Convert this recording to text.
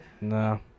no